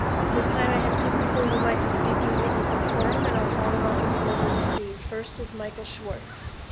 at this time i have two people who would like to speak during the open forum, and i'll call them up in the order received. first is michael schwartz.